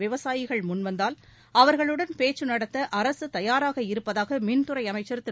விவசாயிகள் முன்வந்தால் அவர்களுடன் பேச்சு நடத்த அரசு தயாராக இருப்பதாக மின்துறை அமைச்சர் திரு